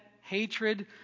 hatred